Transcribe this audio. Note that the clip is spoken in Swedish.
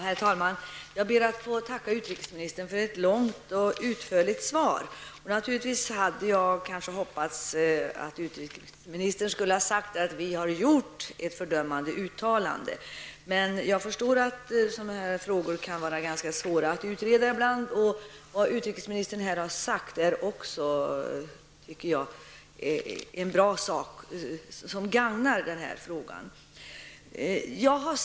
Herr talman! Jag ber att få tacka utrikesministern för ett långt och utförligt svar. Naturligtvis hade jag hoppats att utrikesministern skulle säga: Vi har gjort ett fördömande uttalande. Men jag förstår att det ibland kan vara svårt att utreda frågor av det här slaget. Vad utrikesministern här har sagt tycker jag är bra. Det gagnar den här debatten.